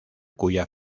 cuya